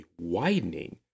widening